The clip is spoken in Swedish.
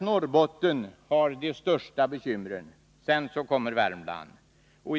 Norrbotten har alltså de största bekymren och därefter kommer Värmland.